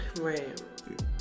Right